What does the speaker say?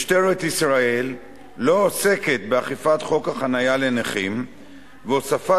משטרת ישראל לא עוסקת באכיפת חוק החנייה לנכים והוספת